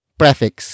prefix